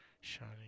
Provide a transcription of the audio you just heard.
Shining